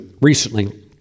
recently